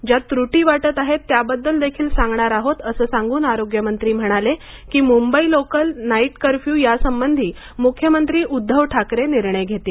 ज्या त्रूटी वाटत आहेत त्याबद्दल देखील सांगणार आहोत असं सांगून आरोग्यमंत्री म्हणाले की मुंबई लोकल नाईट कर्फ्यू यासंबंधी मुख्यमंत्री उद्धव ठाकरे निर्णय घेतील